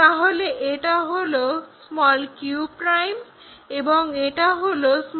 তাহলে এটা হলো q' এবং এটা হলো r'